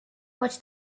watch